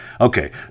okay